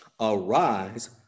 arise